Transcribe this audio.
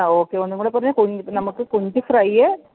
ആ ഓക്കെ ഒന്നും കൂടെ പറഞ്ഞേ കൊഞ്ച് നമുക്ക് കൊഞ്ച് ഫ്രൈ